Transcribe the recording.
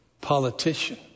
politician